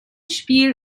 spiel